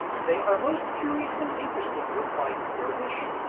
they are most curious and interesting, replied the dervish.